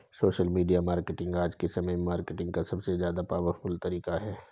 social media marketing आज के समय में मार्केटिंग का सबसे ज्यादा पॉवरफुल तरीका है